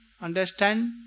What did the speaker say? Understand